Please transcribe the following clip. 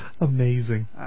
Amazing